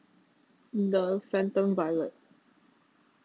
the phantom violet